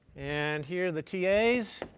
and here are the tas.